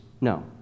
No